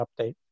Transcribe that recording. update